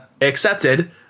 accepted